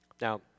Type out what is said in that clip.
Now